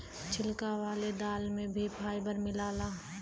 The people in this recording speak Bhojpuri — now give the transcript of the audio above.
छिलका वाले दाल में भी फाइबर मिलला